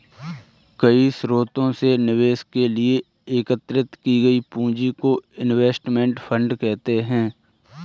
कई स्रोतों से निवेश के लिए एकत्रित की गई पूंजी को इनवेस्टमेंट फंड कहते हैं